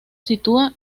sitúa